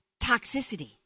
toxicity